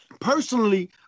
Personally